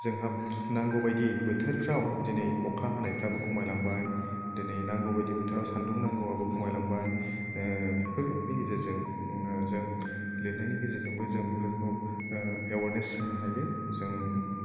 जोंहा नांगौबादि बोथोरफ्राव दिनै अखा हानायफ्राबो खमायलांबाय दिनै नांगौ बादि बोथोराव सान्दुं नांगौआबो खमायलांबाय बेफोरनि गेजेरजों जोंनो जों लिरनायनि गेजेरजोंबो जों बेफोरखौ एवारनेस होनो हायो जों